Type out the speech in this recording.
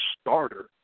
starter